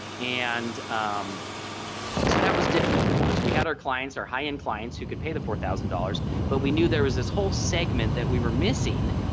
and so that was difficult for us. we had our clients our high-end clients who could pay the four thousand dollars but we knew there was this whole segment that we were missing